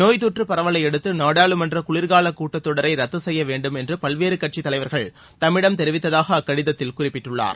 நோய் தொற்று பரவலையடுத்து நாடாளுமன்ற குளிர்கால கூட்டத்தொடரை ரத்து செய்ய வேண்டும் என்று பல்வேறு கட்சி தலைவர்கள் தம்மிடம் தெரிவித்ததாக அக்கடிதத்தில் குறிப்பிட்டுள்ளார்